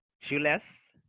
shoeless